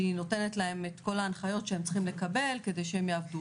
שהיא נותנת להם את כל ההנחיות שהם צריכים לקבל כדי שהם יעבדו.